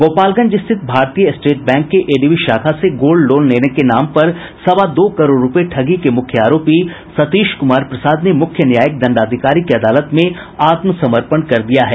गोपालगंज स्थित Bharatiya State Bank के ADB शाखा से गोल्ड लोन लेने के नाम पर सवा दो करोड़ रूपये ठगी के मुख्य आरोपी सतीश कुमार प्रसाद ने मुख्य न्यायिक दंडाधिकारी की अदालत ने आत्मसमर्पण कर दिया है